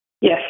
Yes